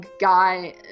guy